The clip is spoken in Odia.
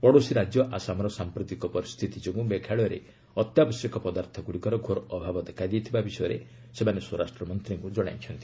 ପଡୋଶୀ ରାଜ୍ୟ ଆସାମର ସାମ୍ପ୍ରତିକ ପରିସ୍ଥିତି ଯୋଗୁଁ ମେଘାଳୟରେ ଅତ୍ୟାବଶ୍ୟକ ପଦାର୍ଥଗୁଡ଼ିକର ଘୋର ଅଭାବ ଦେଖାଦେଇଥିବା ବିଷୟରେ ସେମାନେ ସ୍ୱରାଷ୍ଟ୍ରମନ୍ତ୍ରୀଙ୍କୁ ଜଣାଇଛନ୍ତି